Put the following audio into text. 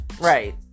Right